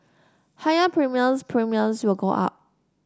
higher premiums Premiums will go up